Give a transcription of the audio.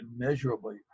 immeasurably